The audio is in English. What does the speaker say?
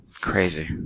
Crazy